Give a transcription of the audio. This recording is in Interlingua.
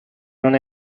non